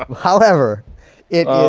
um however it